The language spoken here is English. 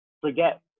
forget